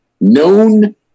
Known